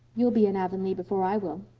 you'll be in avonlea before i will.